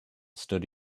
stood